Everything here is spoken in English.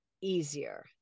easier